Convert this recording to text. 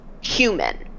human